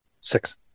six